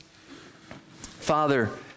Father